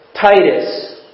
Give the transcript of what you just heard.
Titus